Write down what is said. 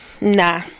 Nah